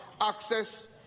access